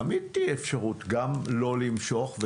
תמיד תהיה לגיא אפשרות למשוך את זה,